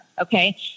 Okay